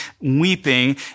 weeping